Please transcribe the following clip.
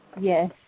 Yes